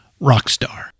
Rockstar